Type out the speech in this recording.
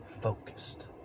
Focused